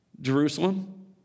Jerusalem